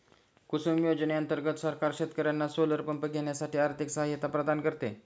कुसुम योजने अंतर्गत सरकार शेतकर्यांना सोलर पंप घेण्यासाठी आर्थिक सहायता प्रदान करते